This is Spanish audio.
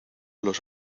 los